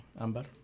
Amber